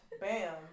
bam